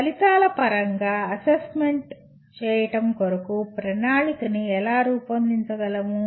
ఫలితాల పరంగా అసెస్మెంట్ చేయడం కొరకు ప్రణాళికని ఎలా రూపొందించగలము